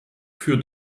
für